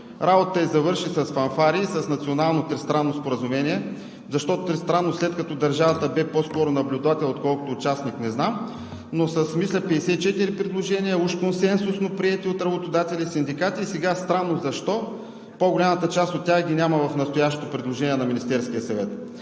Работата ѝ завърши с фанфари и с Национално тристранно споразумение. Защо тристранно, след като държавата бе по-скоро наблюдател, отколкото участник, не знам, но с 54, мисля, предложения, уж консенсусно приети от работодатели и синдикати, сега странно защо по-голямата част от тях ги няма в настоящото предложение на Министерския съвет.